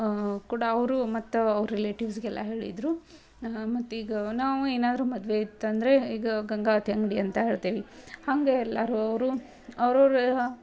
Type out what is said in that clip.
ಕೂಡ ಅವರು ಮತ್ತು ಅವ್ರ ರಿಲೇಟಿವ್ಸ್ಗೆಲ್ಲ ಹೇಳಿದರು ಮತ್ತು ಈಗ ನಾವು ಏನಾದ್ರೂ ಮದುವೆ ಇತ್ತಂದರೆ ಈಗ ಗಂಗಾವತಿ ಅಂಗಡಿ ಅಂತ ಹೇಳ್ತೇವೆ ಹಾಗೆ ಎಲ್ಲರೂ ಅವರು ಅವ್ರವರ